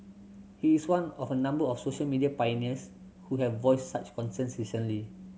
he is one of a number of social media pioneers who have voiced such concerns recently